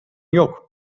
yok